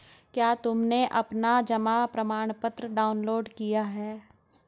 क्या तुमने अपना जमा प्रमाणपत्र डाउनलोड किया है?